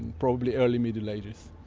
probably early middle ages.